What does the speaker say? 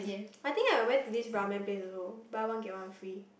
I think I went to this ramen place also buy one get one free